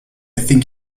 think